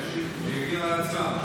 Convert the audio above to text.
נשק לכל החברה הערבית, לאנשים שיגנו על עצמם.